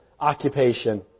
occupation